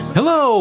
Hello